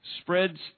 spreads